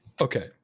Okay